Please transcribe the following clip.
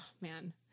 man